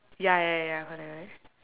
ya ya ya correct correct